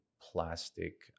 plastic